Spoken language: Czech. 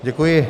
Děkuji.